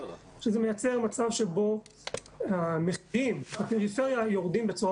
זה מייצר מצב שבו המחירים בפריפריה יורדים בצורה